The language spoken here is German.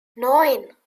neun